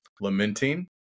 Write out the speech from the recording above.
lamenting